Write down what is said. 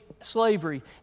slavery